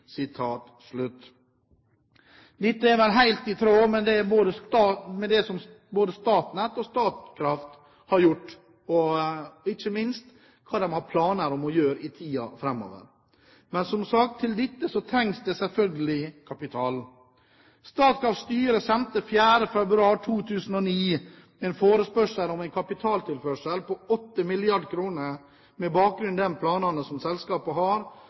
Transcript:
Dette er vel helt i tråd med både det Statnett og Statkraft har gjort, og ikke minst hva de har planer om å gjøre i tiden framover. Men, som sagt, til dette trengs det selvfølgelig kapital. Statkrafts styre sendte 4. februar 2009 en forespørsel om en kapitaltilførsel på 8 mrd. kr, med bakgrunn i de planene som selskapet har,